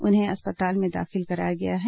उन्हें अस्पताल में दाखिल कराया गया है